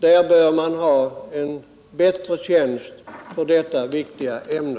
Där borde det finnas en bättre tjänst i detta viktiga ämne.